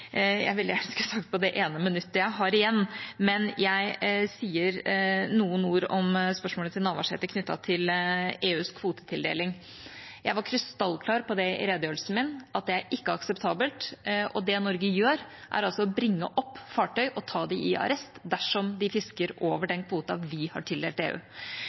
jeg veldig gjerne skulle sagt på det ene minuttet jeg har igjen, men jeg sier noen ord om spørsmålet til Navarsete knyttet til EUs kvotetildeling. Jeg var krystallklar i redegjørelsen min på at det er ikke akseptabelt, og det Norge gjør, er altså å bringe opp fartøy og ta dem i arrest dersom de fisker over den kvoten vi har tildelt EU.